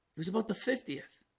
it was about the fiftieth